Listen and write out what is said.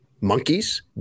Monkeys